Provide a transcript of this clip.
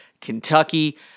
Kentucky